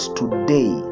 today